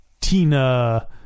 Tina